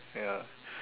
ya